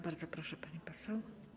Bardzo proszę, pani poseł.